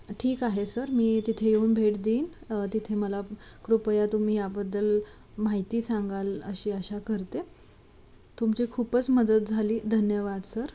ठीक आहे सर मी तिथे येऊन भेट देईन तिथे मला कृपया तुम्ही याबद्दल माहिती सांगाल अशी अशा करते तुमची खूपच मदत झाली धन्यवाद सर